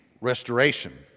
Restoration